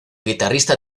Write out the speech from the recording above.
guitarrista